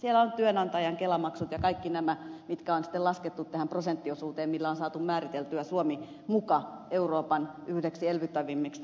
siellä on työnantajan kelamaksut ja kaikki nämä mitkä on sitten laskettu tähän prosenttiosuuteen millä on saatu määriteltyä suomi muka yhdeksi euroopan elvyttävimmistä valtioista